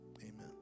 Amen